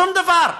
שום דבר.